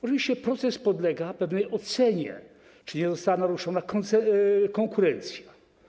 Oczywiście proces podlega pewnej ocenie, czy nie została naruszona zasada konkurencyjności.